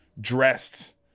dressed